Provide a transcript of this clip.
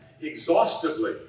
exhaustively